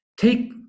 take